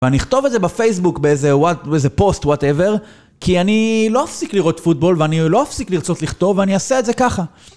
ואני אכתוב את זה בפייסבוק באיזה פוסט, וואטאבר, כי אני לא אפסיק לראות פוטבול ואני לא אפסיק לרצות לכתוב ואני אעשה את זה ככה.